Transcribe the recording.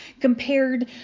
compared